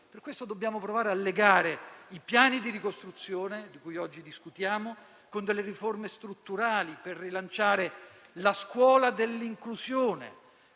Per tali motivi dobbiamo provare a legare i piani di ricostruzione, di cui oggi discutiamo, con delle riforme strutturali per rilanciare la scuola dell'inclusione: